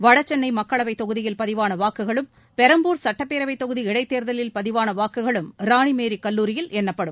வட சென்னை மக்களவைத் தொகுதியில் பதிவான வாக்குகளும் பெரம்பூர் சுட்டப்பேரவைத் தொகுதி இடைத் தேர்தலில் பதிவான வாக்குகளும் ராணிமேரிக் கல்லூரியில் எண்ணப்படும்